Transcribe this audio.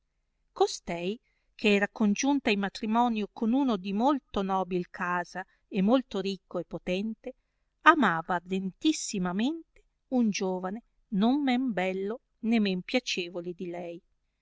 costei che era congiunta in matrimonio con uno di molto nobil casa e molto ricco e potente amava ardentissimamente un giovane non men bello né men piacevole di lei